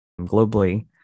globally